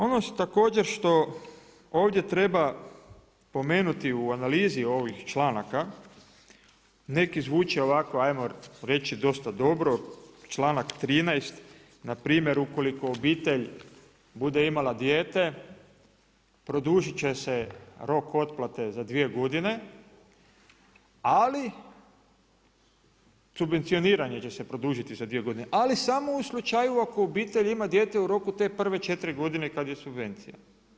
Ono također što ovdje treba spomenuti u analizi ovih članaka, neki zvuči ajmo reći dosta dobro, članak, npr. ukoliko obitelj bude imala dijete, produžit će se rok otplate za 2 godine, ali, subvencioniranje će se produžiti za 2 godine, ali samo u slučaju ako obitelj ima dijete u roku te prve 4 godine kad je subvencija.